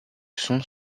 son